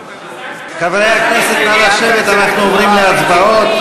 חברי הכנסת, נא לשבת, אנחנו עוברים להצבעות.